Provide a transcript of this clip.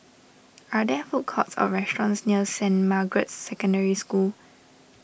are there food courts or restaurants near Saint Margaret's Secondary School